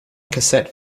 cassette